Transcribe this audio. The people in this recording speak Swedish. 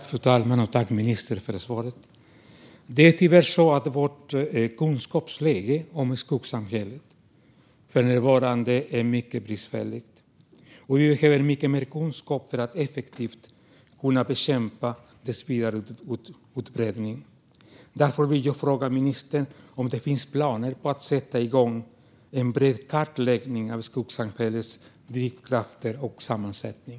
Fru talman! Tack, ministern, för svaret! Det är tyvärr så att kunskapen om skuggsamhället för närvarande är mycket bristfällig. Man behöver mycket mer kunskap för att effektivt kunna bekämpa dess vidare utbredning. Därför vill jag fråga ministern om det finns planer på att sätta i gång en bred kartläggning av skuggsamhällets drivkrafter och sammansättning.